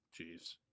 Jeez